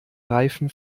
reifen